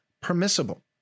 permissible